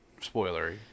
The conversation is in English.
spoilery